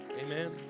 Amen